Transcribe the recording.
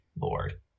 Lord